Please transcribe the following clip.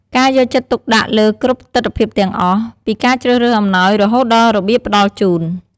ការយកចិត្តទុកដាក់លើគ្រប់ទិដ្ឋភាពទាំងអស់ ពីការជ្រើសរើសអំណោយរហូតដល់របៀបផ្តល់ជូន។